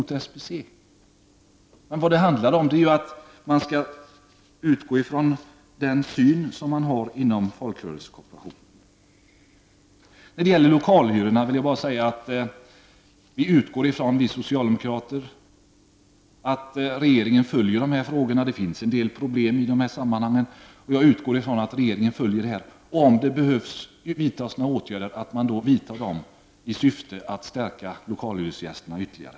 Vad det handlar om är nödvändigheten av att utgå från den syn som finns inom folkrörelsekooperationen. Vi socialdemokrater utgår när det gäller lokalhyrorna från att regeringen följer dessa frågor. Det finns en del problem i dessa sammanhang, men jag utgår från att regeringen följer detta och att man vidtar åtgärder om detta är nödvändigt för att stärka lokalhyresgästernas ställning ytterligare.